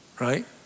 Right